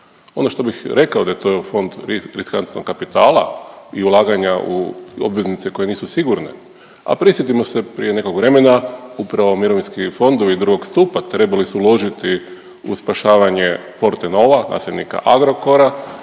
Ono što bih rekao da je to fond riskantnog kapitala i ulaganja u obveznice koje nisu sigurne. A prisjetimo se prije nekog vremena, upravo mirovinski fondovi II. stupa trebali su uložiti u spašavanje Fortenova, nasljednika Agrokora